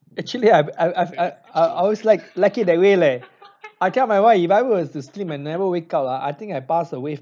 actually I I've uh I always like like it that way leh I tell my wife if I were to sleep and never wake up ah I think I pass away